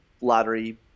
lottery